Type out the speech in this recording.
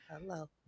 Hello